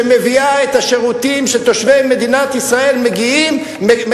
שמביא את השירותים שתושבי מדינת ישראל מקבלים